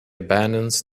abandons